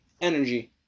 energy